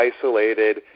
isolated